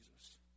Jesus